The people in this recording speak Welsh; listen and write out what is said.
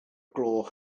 gloch